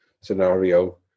scenario